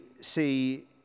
see